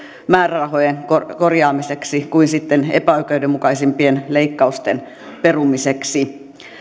määrärahojen korjaamiseksi kuin sitten epäoikeudenmukaisimpien leikkausten perumiseksi